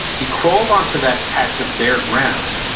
he crawled onto that patch of bare ground,